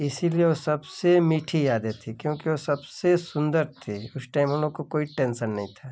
इसलिए वो सबसे मीठी यादें थी क्योंकि वो सबसे सुन्दर थी उस टाइम हम लोग को कोई टेन्सन नहीं था